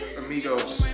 amigos